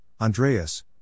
Andreas